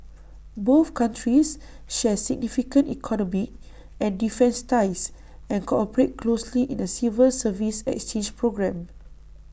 both countries share significant economic and defence ties and cooperate closely in A civil service exchange programme